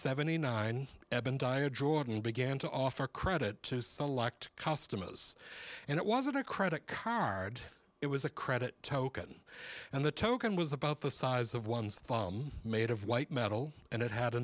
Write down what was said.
seventy nine eben diet jordan began to offer credit to select customers and it wasn't a credit card it was a credit token and the token was about the size of one's thumb made of white metal and it had a